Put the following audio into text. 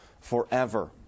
forever